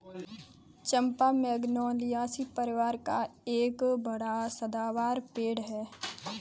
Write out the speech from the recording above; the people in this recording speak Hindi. चंपा मैगनोलियासी परिवार का एक बड़ा सदाबहार पेड़ है